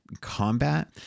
combat